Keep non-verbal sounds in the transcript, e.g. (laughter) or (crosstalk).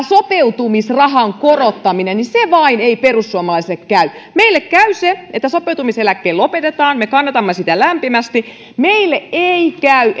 (unintelligible) sopeutumisrahan korottamisen niin se vain ei perussuomalaisille käy meille käy se että sopeutumiseläke lopetetaan me kannatamme sitä lämpimästi meille ei käy (unintelligible)